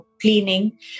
cleaning